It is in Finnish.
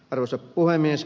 arvoisa puhemies